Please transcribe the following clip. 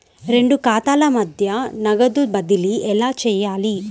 రెండు ఖాతాల మధ్య నగదు బదిలీ ఎలా చేయాలి?